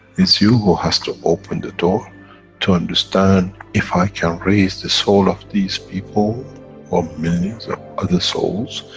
it's you who has to open the door to understand, if i can raise the soul of these people or millions of other souls,